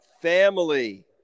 family